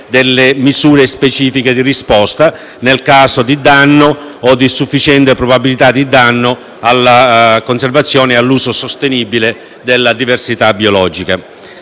di misure specifiche di risposta nel caso di danno o di sufficiente probabilità di danno alla conservazione e all'uso sostenibile della diversità biologica.